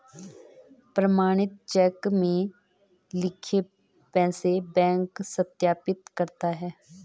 प्रमाणित चेक में लिखे पैसे बैंक सत्यापित करता है